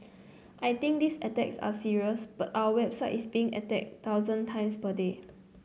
I think these attacks are serious but our own website is being attacked thousands times per day